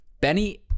Benny